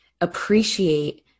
appreciate